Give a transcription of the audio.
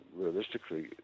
realistically